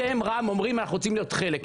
אתם, רע"מ, אומרים: אנחנו רוצים להיות חלק.